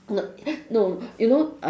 no no you know uh